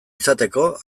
izateko